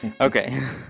okay